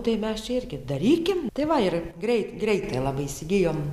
tai mes čia irgi darykim tai va ir greit greitai labai įsigijom